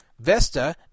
Vesta